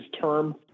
term